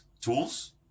tools